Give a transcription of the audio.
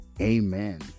amen